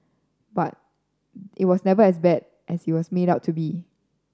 but it was never as bad as it was made out to be